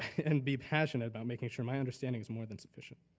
and be passionate about making sure my understanding is more than sufficient.